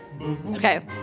Okay